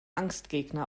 angstgegner